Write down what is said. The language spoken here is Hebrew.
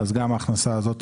אז גם ההכנסה הזאת,